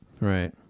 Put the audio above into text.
Right